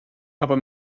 aber